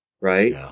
Right